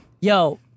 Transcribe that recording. Yo